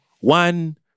one